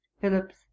Phillips